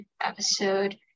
episode